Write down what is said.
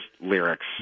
lyrics